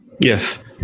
Yes